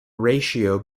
ratio